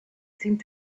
seemed